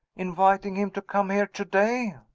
inviting him to come here to-day?